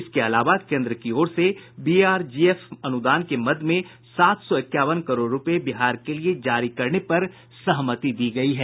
इसके अलावा कोन्द्र की ओर से बीआरजीएफ अनुदान के मद में सात सौ इक्यावन करोड़ रूपये बिहार के लिये जारी करने पर सहमति दी गयी है